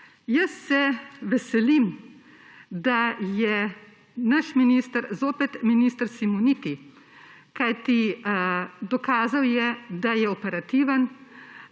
Jaz se veselim, da je naš minister zopet minister Simoniti, kajti dokazal je, da je operativen.